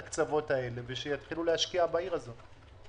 הקצוות האלה ושיתחילו להשקיע בעיר הזאת.